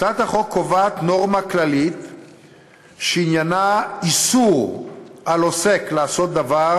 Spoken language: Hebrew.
הצעת החוק קובעת נורמה כללית שעניינה איסור על עוסק לעשות דבר,